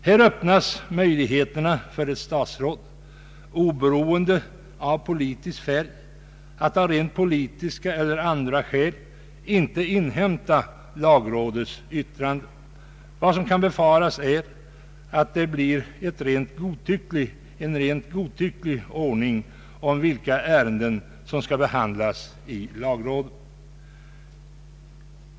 Här öppnas möjligheter för ett statsråd — vilken politisk färg han än må ha — att av rent politiska eller andra skäl inte inhämta lagrådets yttrande. Vad som kan befaras är att man kommer att helt godtyckligt avgöra vilka ärenden som skall behandlas i lagrådet.